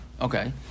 okay